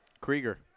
Krieger